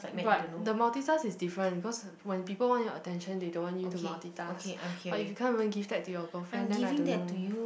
but the multitask is different because when people want your attention they don't want you to multitask but if you can't even give that to your girlfriend then I don't know